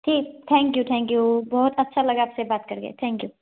ঠিক thank you thank you বহত আচ্ছা লাগা আপচে বাত কৰকে থেংক ইউ